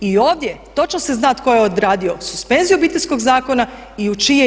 I ovdje točno se zna tko je odradio suspenziju Obiteljskog zakona i u čije ime.